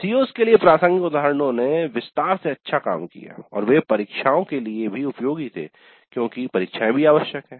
CO's के लिए प्रासंगिक उदाहरणों ने विस्तार से अच्छा काम किया और वे परीक्षाओं के लिए भी उपयोगी थे क्योंकि परीक्षाएं भी आवश्यक हैं